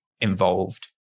involved